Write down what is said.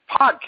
podcast